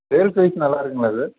taste wise நல்லாருக்குங்களா sir